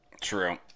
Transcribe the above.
True